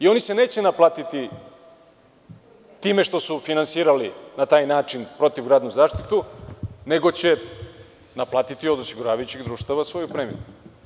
Oni se neće naplatiti time što su finansirali na taj način protivgradnu zaštitu, nego će naplatiti od osiguravajućih društava svoju premiju.